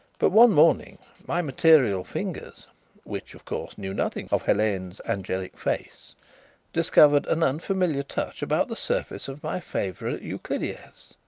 but one morning my material fingers which, of course, knew nothing of helene's angelic face discovered an unfamiliar touch about the surface of my favourite euclideas,